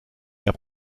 der